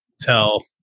tell